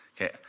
Okay